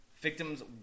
victim's